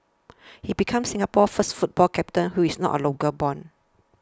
he became Singapore's first football captain who is not local born